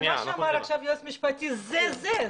אבל מה שאמר עכשיו היועץ המשפטי זה זה,